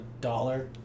dollar